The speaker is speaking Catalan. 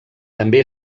també